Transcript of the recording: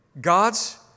God's